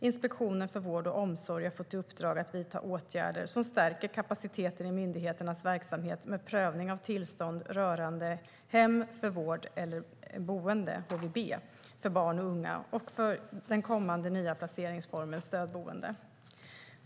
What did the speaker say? Inspektionen för vård och omsorg har fått i uppdrag att vidta åtgärder som stärker kapaciteten i myndigheternas verksamhet med prövning av tillstånd rörande hem för vård eller boende - HVB - för barn och unga och för den kommande nya placeringsformen stödboende.